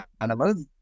animals